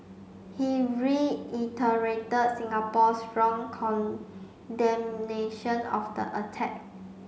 he reiterated Singapore's strong condemnation of the attack